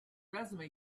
resume